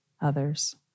others